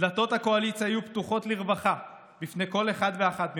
דלתות הקואליציה יהיו פתוחות לרווחה בפני כל אחד ואחת מכם,